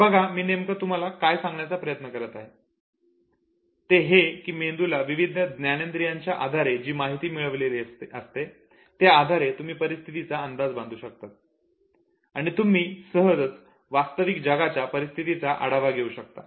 तर बघा मी नेमकं तुम्हाला काय सांगण्याचा प्रयत्न करत आहे ते हे की मेंदूला विविध ज्ञानेंद्रियांच्या आधारे जी माहिती मिळालेली असते त्याआधारे तुम्ही परिस्थितीचा अंदाज बांधू शकतात आणि तुम्ही सहजच वास्तविक जगाच्या परिस्थितीचा आढावा घेऊ शकता